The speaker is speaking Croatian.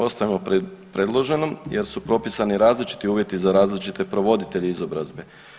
Ostajemo pri predloženom, jer su propisani različiti uvjeti za različite provoditelje izobrazbe.